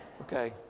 okay